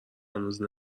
هنوز